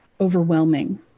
overwhelming